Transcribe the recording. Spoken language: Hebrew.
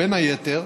ובין היתר